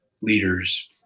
leaders